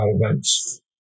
events